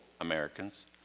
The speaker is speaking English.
Americans